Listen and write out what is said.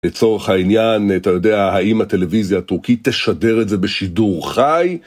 לצורך העניין, אתה יודע, האם הטלוויזיה הטורקית תשדר את זה בשידור חי?